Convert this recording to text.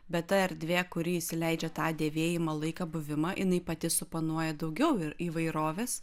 bet ta erdvė kuri įsileidžia tą dėvėjimo laiką buvimą jinai pati suponuoja daugiau ir įvairovės